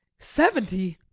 seventy!